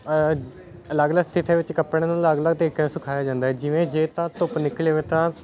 ਅਲੱਗ ਅਲੱਗ ਸਥਿਤੀਆਂ ਵਿੱਚ ਕੱਪੜਿਆਂ ਨੂੰ ਅਲੱਗ ਅਲੱਗ ਤਰੀਕਿਆਂ ਨਾਲ ਸੁਖਾਇਆ ਜਾਂਦਾ ਜਿਵੇਂ ਜੇ ਤਾਂ ਧੁੱਪ ਨਿਕਲੀ ਹੋਵੇ ਤਾਂ